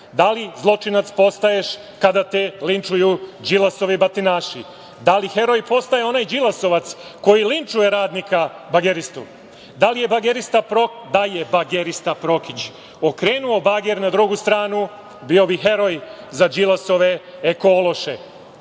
Da li zločinac postaješ kada te linčuju Đilasovi batinaši? Da li heroj postaje onaj Đilasovac koji linčuje radnika bageristu? Da je bagerista Prokić okrenuo bager na drugu stranu, bio bi heroj za Đilasove ološe?